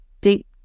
deep